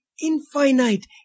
infinite